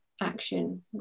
action